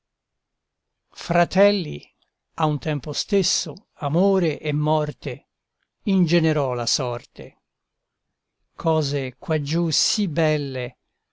fratelli a un tempo stesso amore e morte ingenerò la sorte cose quaggiù sì belle